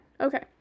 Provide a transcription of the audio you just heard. okay